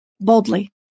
boldly